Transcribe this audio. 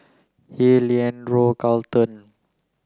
Hill Leandro Carlton